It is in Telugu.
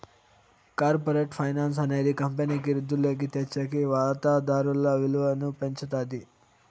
కార్పరేట్ ఫైనాన్స్ అనేది కంపెనీకి వృద్ధిలోకి తెచ్చేకి వాతాదారుల విలువను పెంచుతాది